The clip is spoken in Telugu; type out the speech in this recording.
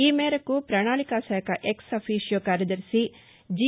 ఈ మేరకు ప్రణాళిక శాఖ ఎక్స్ అఫిషియో కార్యదర్భి జి